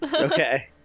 Okay